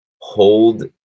hold